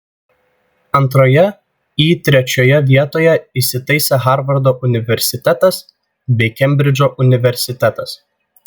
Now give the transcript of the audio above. antroje į trečioje vietoje įsitaisė harvardo universitetas bei kembridžo universitetas